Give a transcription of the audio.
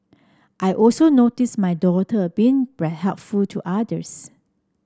I also notice my daughter being to others